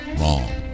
wrong